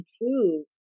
improve